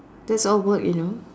that's all work you know